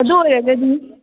ꯑꯗꯨ ꯑꯣꯏꯔꯒꯗꯤ